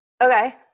Okay